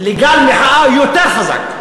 גל מחאה יותר חזק.